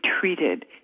treated